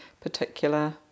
particular